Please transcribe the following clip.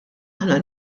aħna